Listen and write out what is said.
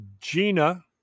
Gina